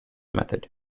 method